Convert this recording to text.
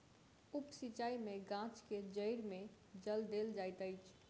उप सिचाई में गाछ के जइड़ में जल देल जाइत अछि